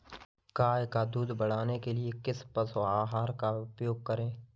गाय का दूध बढ़ाने के लिए किस पशु आहार का उपयोग करें?